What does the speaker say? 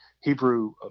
Hebrew